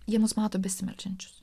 jie mus mato besimeldžiančius